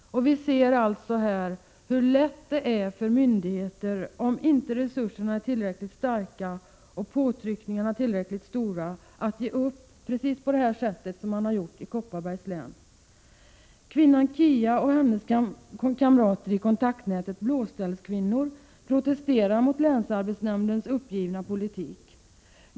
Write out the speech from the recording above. Vi ser alltså här hur lätt det är för myndigheter att ge upp, om inte resurserna är tillräckligt stora och påtryckningarna tillräckligt starka, precis på det sätt som man har gjort i Kopparbergs län. Kia och hennes kamrater i kontaktnätet ”Blåställskvinnor” protesterar mot länsarbetsnämndens uppgivna politik.